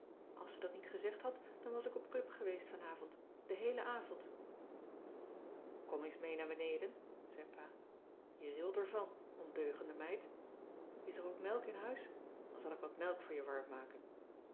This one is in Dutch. als ze dat niet gezegd had dan was ik op club geweest vanavond den heelen avond kom eens mee naar beneden zei pa je rilt er van ondeugende meid is er ook melk in huis dan zal ik wat melk voor je warm maken